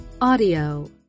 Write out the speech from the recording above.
audio